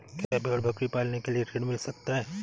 क्या भेड़ बकरी पालने के लिए ऋण मिल सकता है?